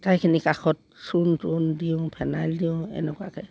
ঠাইখিনি কাষত চূণ তূন দিওঁ ফেনাইল দিওঁ এনেকুৱাকৈ